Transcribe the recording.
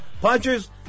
Punchers